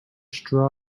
straw